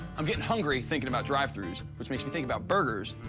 i'm getting hungry thinking about drive throughs, which makes me think about burgers